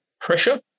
pressure